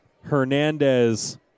Hernandez